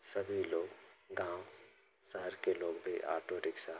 सभी लोग गाँव शहर के लोग भी ऑटो रिक्सा